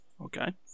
Okay